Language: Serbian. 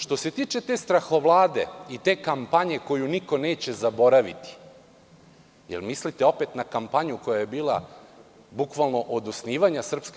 Što se tiče te strahovlade i te kampanje koju niko neće zaboraviti, da li mislite opet na kampanju koja je bila bukvalno od osnivanja SNS?